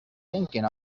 thinking